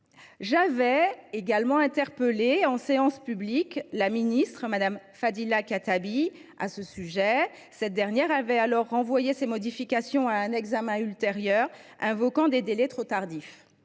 J’avais également interpellé, en séance publique, la ministre Fadila Khattabi sur ce sujet. Celle ci avait alors renvoyé ces modifications à un examen ultérieur, invoquant des délais trop tardifs.